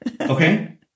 Okay